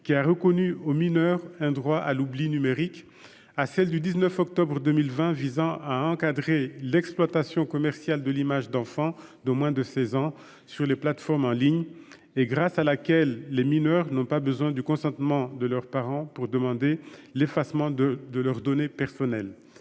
qui a reconnu aux mineurs un droit à l'oubli numérique, à la loi du 19 octobre 2020 visant à encadrer l'exploitation commerciale de l'image d'enfants de moins de 16 ans sur les plateformes en ligne, grâce à laquelle les mineurs n'ont pas besoin du consentement de leurs parents pour demander l'effacement de leurs données personnelles.